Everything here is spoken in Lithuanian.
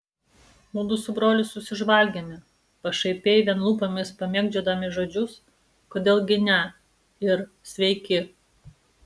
mudu su broliu susižvalgėme pašaipiai vien lūpomis pamėgdžiodami žodžius kodėl gi ne ir sveiki